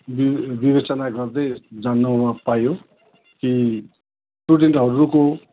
वि विवेचना गर्दै जनाउन पाइयो कि स्टुडेन्टहरूको